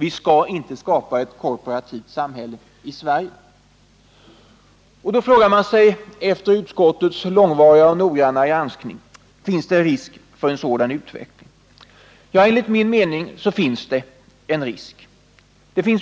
Vi skall inte skapa ett korporativt samhälle i Sverige. Efter utskottets långvariga och noggranna granskning frågar man sig om det finns en risk för en sådan utveckling. Ja, enligt min mening finns det en risk.